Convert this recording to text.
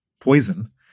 poison